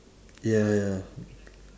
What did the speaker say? ya ya